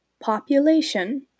population